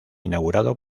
inaugurado